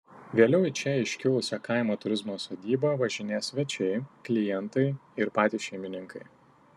vėliau į čia iškilusią kaimo turizmo sodybą važinės svečiai klientai ir patys šeimininkai